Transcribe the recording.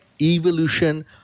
evolution